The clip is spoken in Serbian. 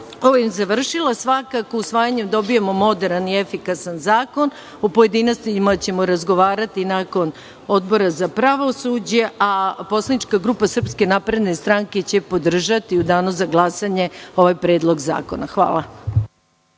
ovim bih završila. Svakako, usvajanjem dobijamo moderan i efikasan zakon. U pojedinostima ćemo razgovarati nakon Odbora za pravosuđe. Poslanička grupa SNS će podržati u Danu za glasanje ovaj predlog zakona. Hvala.